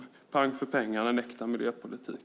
Det är pang för pengarna och en äkta miljöpolitik.